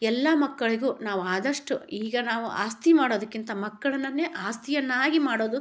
ಎಲ್ಲ ಮಕ್ಕಳಿಗೂ ನಾವು ಆದಷ್ಟು ಈಗ ನಾವು ಆಸ್ತಿ ಮಾಡೋದಕ್ಕಿಂತ ಮಕ್ಕಳನ್ನೇ ಆಸ್ತಿಯನ್ನಾಗಿ ಮಾಡೋದು